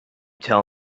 tell